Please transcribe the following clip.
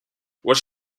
was